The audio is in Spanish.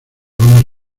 vamos